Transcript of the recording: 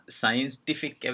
scientific